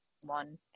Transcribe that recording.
one